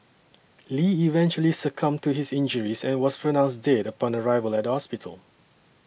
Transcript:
Lee eventually succumbed to his injuries and was pronounced dead upon arrival at the hospital